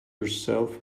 yourself